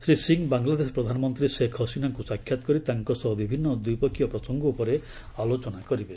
ଶ୍ରୀ ସିଂ ବାଙ୍ଗଲାଦେଶ ପ୍ରଧାନମନ୍ତ୍ରୀ ଶେଖ୍ ହସିନାଙ୍କୁ ସାକ୍ଷାତ କରି ତାଙ୍କ ସହ ବିଭିନ୍ନ ଦ୍ୱିପକ୍ଷୀୟ ପ୍ରସଙ୍ଗ ଉପରେ ଆଲୋଚନା କରିବେ